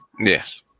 Yes